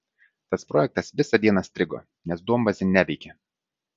tas projektas visą dieną strigo nes duombazė neveikė